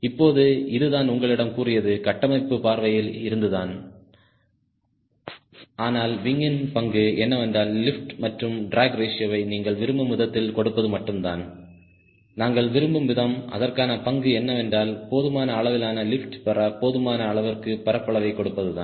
இப்போது இது நான் உங்களிடம் கூறியது கட்டமைப்பு பார்வையில் இருந்துதான் ஆனால் விங்யின் பங்கு என்னவென்றால் லிப்ட் மற்றும் ட்ராக் ரேஷியோவை நீங்கள் விரும்பும் விதத்தில் கொடுப்பது மட்டும்தான் நாங்கள் விரும்பும் விதம் அதற்கான பங்கு என்னவென்றால் போதுமான அளவிலான லிப்ட் பெற போதுமான அளவிற்கு பரப்பளவை கொடுப்பதுதான்